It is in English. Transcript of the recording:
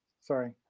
sorry